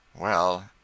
Well